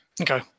Okay